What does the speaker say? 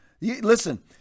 Listen